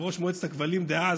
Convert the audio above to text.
יושב-ראש מועצת הכבלים דאז,